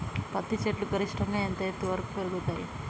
పత్తి చెట్లు గరిష్టంగా ఎంత ఎత్తు వరకు పెరుగుతయ్?